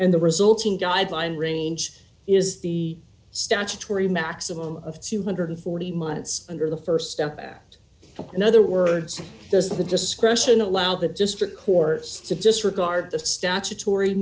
and the resulting guideline range is the statutory maximum of two hundred and forty months under the st step act in other words there's the discretion allow the district courts to disregard the statutory